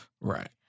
Right